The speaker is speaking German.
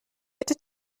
bitte